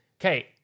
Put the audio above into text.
Okay